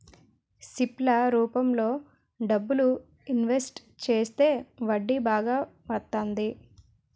SIP ల రూపంలో డబ్బులు ఇన్వెస్ట్ చేస్తే వడ్డీ బాగా వత్తంది